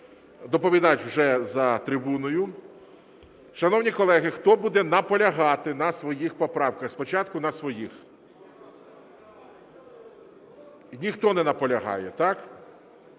Доповідач вже за трибуною. Шановні колеги, хто буде наполягати на своїх поправках? Спочатку на своїх. Ніхто не наполягає, так?